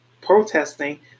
protesting